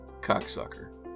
Cocksucker